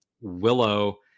willow